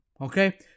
Okay